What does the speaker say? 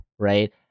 right